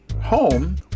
home